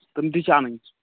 تِم تہِ چھِ اَنٕنۍ